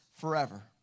forever